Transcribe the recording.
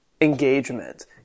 Engagement